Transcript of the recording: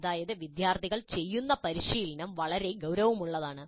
അതായത് വിദ്യാർത്ഥികൾ ചെയ്യുന്ന പരിശീലനം വളരെ ഗൌരവമുള്ളതാണ്